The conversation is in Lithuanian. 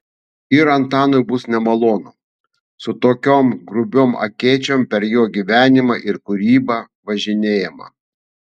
ir antanui bus nemalonu su tokiom grubiom akėčiom per jo gyvenimą ir kūrybą važinėjama